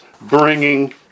bringing